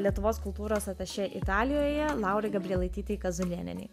lietuvos kultūros atašė italijoje laurai gabrielaitytei kazulėnienei